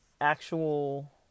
actual